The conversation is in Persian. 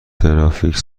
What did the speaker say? ترافیک